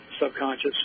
Subconscious